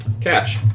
Catch